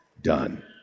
done